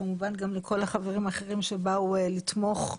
וכמובן גם לכל החברים האחרים שבאו לתמוך.